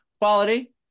quality